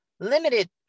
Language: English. limited